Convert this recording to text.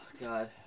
god